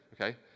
okay